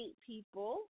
people